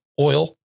oil